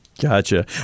Gotcha